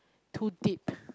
too deep